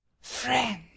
friend